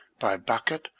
by bucket,